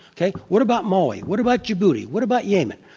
okay? what about mali? what about djibouti, what about yemen?